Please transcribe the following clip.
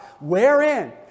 wherein